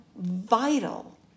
vital